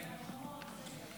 תקצרי.